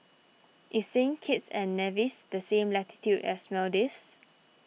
is Saint Kitts and Nevis the same latitude as Maldives